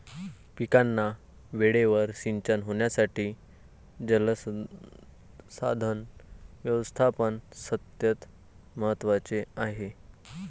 पिकांना वेळेवर सिंचन होण्यासाठी जलसंसाधन व्यवस्थापन अत्यंत महत्त्वाचे आहे